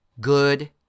Good